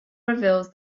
reveals